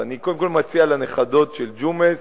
אז אני קודם כול מציע לנכדות של ג'ומס,